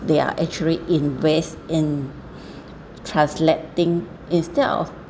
they are actually invest in translating instead of